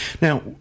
Now